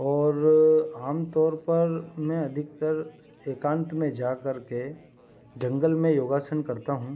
और आम तौर पर मैं अधिकतर एकांत में जा कर के जंगल में योगासन करता हूँ